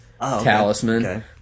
Talisman